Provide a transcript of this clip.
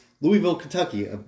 Louisville-Kentucky